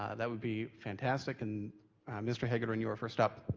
ah that would be fantastic, and mr. hagedorn, you are first up.